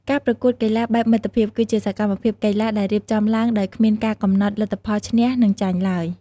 ការប្រកួតកីឡាបែបមិត្តភាព គឺជាសកម្មភាពកីឡាដែលរៀបចំឡើងដោយគ្មានការកំណត់លទ្ធផលឈ្នះ និងចាញ់ឡើយ។